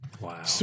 Wow